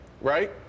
right